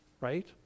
right